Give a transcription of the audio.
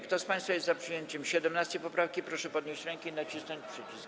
Kto z państwa jest za przyjęciem 17. poprawki, proszę podnieść rękę i nacisnąć przycisk.